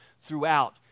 throughout